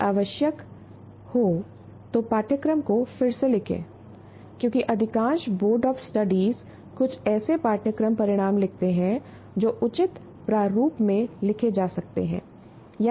यदि आवश्यक हो तो पाठ्यक्रम को फिर से लिखें क्योंकि अधिकांश बोर्ड ऑफ स्टडीज कुछ ऐसे पाठ्यक्रम परिणाम लिखते हैं जो उचित प्रारूप में लिखे जा सकते हैं या नहीं भी हो सकते हैं